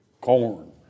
corn